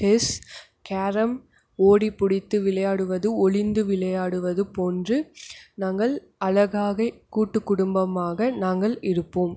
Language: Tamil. செஸ் கேரம் ஓடி பிடித்து விளையாடுவது ஒளிந்து விளையாடுவது போன்று நாங்கள் அழகாக கூட்டு குடும்பமாக நாங்கள் இருப்போம்